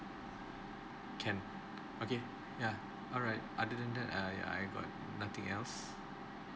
can okay yeah alright other than that uh ya I got nothing else